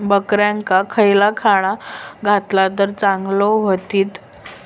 बकऱ्यांका खयला खाणा घातला तर चांगल्यो व्हतील?